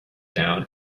down